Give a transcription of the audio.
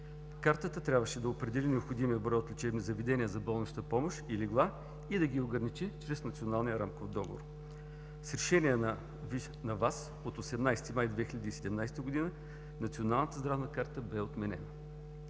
Картата трябваше да определи необходимия брой от лечебни заведения за болнична помощ и легла и да ги ограничи чрез Националния рамков договор. С Решение на ВАС от 18 май 2017 г. Националната здравна карта беше отменена.